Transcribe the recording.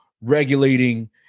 regulating